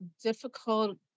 difficult